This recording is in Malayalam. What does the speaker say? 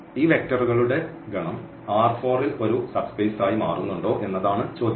അതിനാൽ ഈ വെക്റ്ററുകളുടെ ഗണം ൽ ഒരു സബ്സ്പേസ് ആയി മാറുന്നുണ്ടോ എന്നതാണ് ചോദ്യം